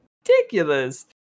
ridiculous